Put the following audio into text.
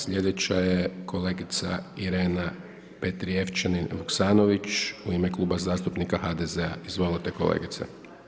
Slijedeća je kolegica Irena Petrijevčanin Vuksanović, u ime Kluba zastupnika HDZ-a, izvolite kolegice.